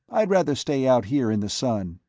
i'd rather stay out here in the sun.